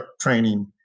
training